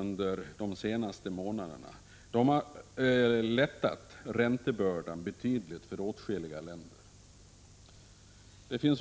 under de senaste månaderna har lättat räntebördan betydligt för åtskilliga länder.